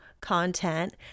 content